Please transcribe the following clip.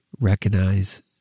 recognize